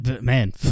man